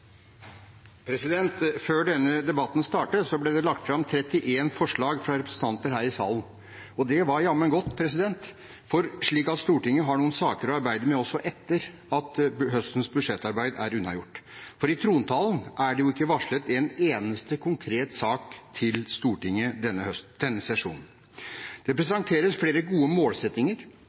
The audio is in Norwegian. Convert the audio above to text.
Før denne debatten startet, ble det lagt fram 31 forslag fra representanter her i salen. Det var jammen godt, så har Stortinget noen saker å arbeide med også etter at høstens budsjettarbeid er unnagjort, for i trontalen er det jo ikke varslet en eneste konkret sak til Stortinget denne sesjonen. Det presenteres flere gode målsettinger: